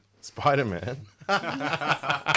Spider-Man